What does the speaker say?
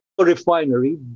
refinery